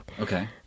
Okay